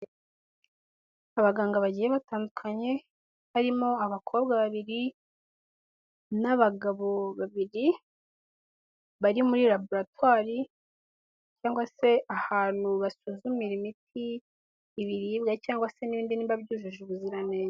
Abaganga bagiye batandukanye harimo abakobwa babiri n'abagabo babiri, bari muri laboratwari cyangwa se ahantu basuzumira imiti, ibiribwa cyangwa se n'ibindi nimba byujuje ubuziranenge.